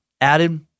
added